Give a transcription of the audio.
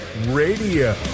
Radio